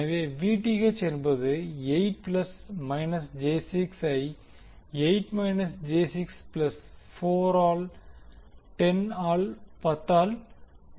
எனவே Vth என்பது 8 plus minus j6 ஐ 8 மைனஸ் ஜே 6 பிளஸ் 4 ஆல் 10 ஆல் வகுக்கிறது